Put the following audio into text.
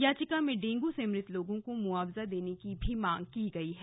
याचिका में डेंगू से मृत लोगों को मुआवजा देने की भी मांग की गई है